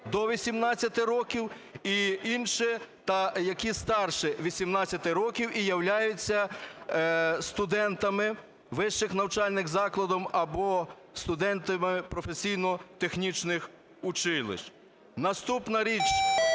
до 18 років і інше, та які старші 18 років і являються студентами вищих навчальних закладів або студентами професійно-технічних училищ. Наступна річ.